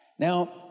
Now